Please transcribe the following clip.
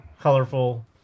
colorful